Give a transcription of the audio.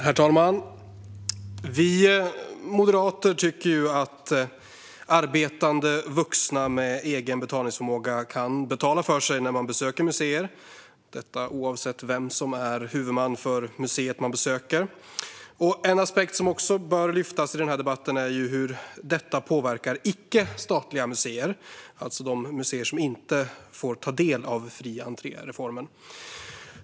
Herr talman! Vi moderater tycker att arbetande vuxna med egen betalningsförmåga kan betala för sig när de besöker museer, oavsett vem som är huvudman för det museum som besöks. En aspekt som bör lyftas upp i denna debatt är hur detta påverkar icke-statliga museer, alltså de museer som inte får ta del av fri-entré-reformen.